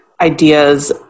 ideas